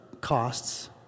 costs